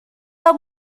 del